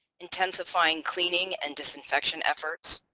intensifying cleaning and disinfection efforts,